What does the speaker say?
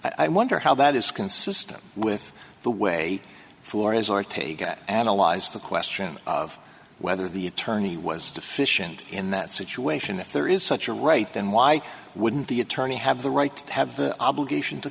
i wonder how that is consistent with the way floor is ortega analyzed the question of whether the attorney was deficient in that situation if there is such a right then why wouldn't the attorney have the right to have the obligation to